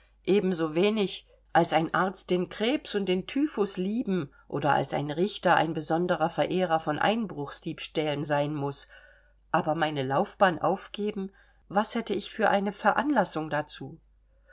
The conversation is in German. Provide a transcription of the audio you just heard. ebenso wenig als ein arzt den krebs und den typhus lieben oder als ein richter ein besonderer verehrer von einbruchsdiebstählen sein muß aber meine laufbahn aufgeben was hätte ich für eine veranlassung dazu